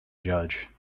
judge